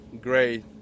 great